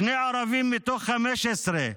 שני ערבים מתוך 15,